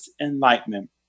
enlightenment